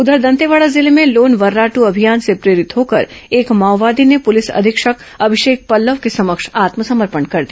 उधर दंतेवाड़ा जिले में लोन वर्रादू अभियान से प्रेरित होकर एक माओवादी ने पुलिस अधीक्षक अभिषेक पल्लव के समक्ष आत्मसमर्पण कर दिया